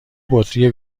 بطری